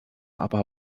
aber